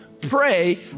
pray